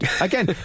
Again